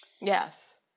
Yes